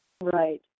Right